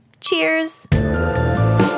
Cheers